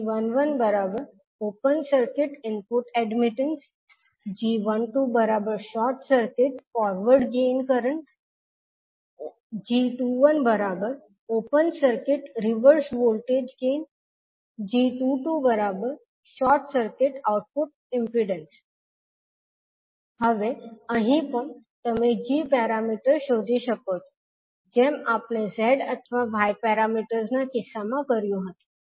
g11 open circuit input admittance g12 short circuit forward current gain g21 open circuit reverse voltage gain g22 short circuit output impedance હવે અહીં પણ તમે g parameters શોધી શકો છો જેમ આપણે z અથવા y પેરામીટર્સ ના કિસ્સામાં કર્યું હતું